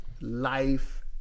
life